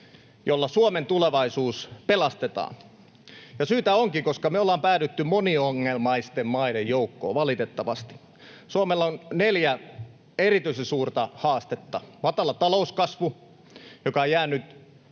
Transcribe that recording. jolla Suomen tulevaisuus pelastetaan. Ja syytä onkin, koska me ollaan päädytty moniongelmaisten maiden joukkoon, valitettavasti. Suomella on neljä erityisen suurta haastetta: Matala talouskasvu, joka on jäänyt